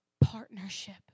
partnership